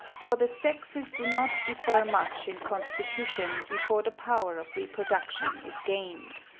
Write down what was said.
for the sexes do not differ much in constitution before the power of reproduction is gained.